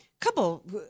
couple